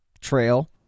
trail